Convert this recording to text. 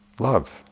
love